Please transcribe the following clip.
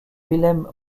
wilhelm